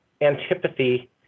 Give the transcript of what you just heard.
antipathy